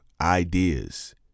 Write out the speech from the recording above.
ideas